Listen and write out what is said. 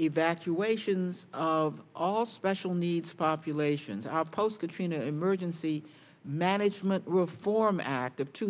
evacuations of all special needs populations are post katrina emergency management reform act of two